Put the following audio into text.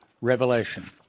Revelation